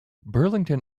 burlington